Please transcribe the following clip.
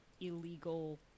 illegal